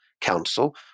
council